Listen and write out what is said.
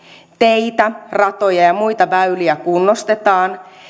teitä ratoja ja ja muita väyliä kunnostetaan